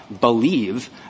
believe